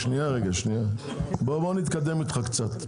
בוא נתקדם איתך קצת.